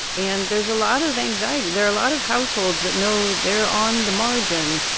and there's a lot of anxiety. there are a lot of households that know they're on the margin,